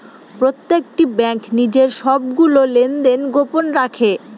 প্রত্যেকটি ব্যাঙ্ক নিজের সবগুলো লেনদেন গোপন রাখে